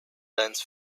lines